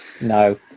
No